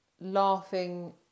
laughing